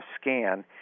scan